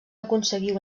aconseguir